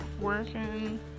working